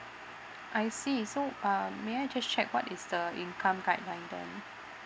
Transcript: I see so um may I just check what is the income guideline then